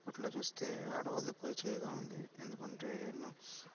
ఇప్పట్లో చూస్తే ఆడవాళ్ళదే పై చేయిగా ఉంది ఎందుకంటే